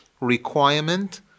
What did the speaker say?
requirement